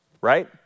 right